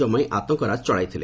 ଜମାଇ ଆତଙ୍କରାଜ୍ ଚଳାଇଥିଲେ